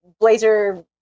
Blazer